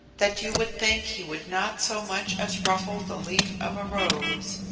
that you would think he would not so much as ruffle the leaf of a rose,